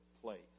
place